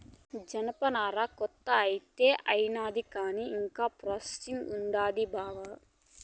జనపనార కోత అయితే అయినాది కానీ ఇంకా ప్రాసెసింగ్ ఉండాది బావా